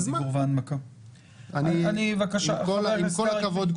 עם כל הכבוד,